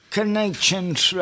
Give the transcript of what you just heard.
Connections